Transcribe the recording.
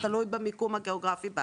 תלוי במיקום הגאוגרפי.